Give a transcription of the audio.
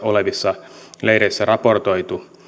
olevissa pakolaisleireissä raportoitu